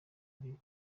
ari